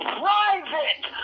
private